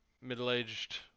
middle-aged